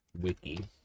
Wiki